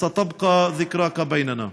זכרך יישאר עימנו.)